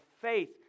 faith